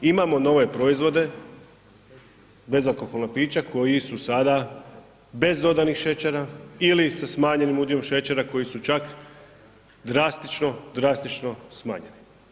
Imamo nove proizvode, bezalkoholna pića koji su sada bez dodanih šećera ili sa smanjenim udjelom šećera koji su čak drastično, drastično smanjeni.